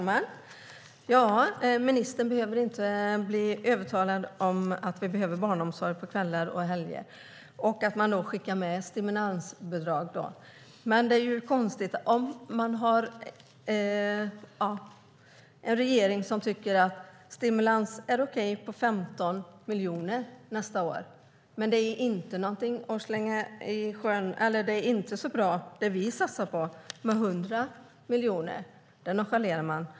Herr talman! Ministern säger att hon inte behöver bli övertygad om att det behövs barnomsorg på kvällar och helger, och man skickar ett stimulansbidrag. Men det är konstigt om regeringen tycker att en stimulans på 15 miljoner nästa år är okej men att de 100 miljoner vi satsar inte är så bra. Det nonchalerar man.